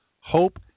hope